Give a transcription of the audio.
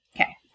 Okay